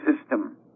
system